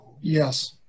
Yes